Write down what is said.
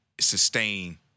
sustain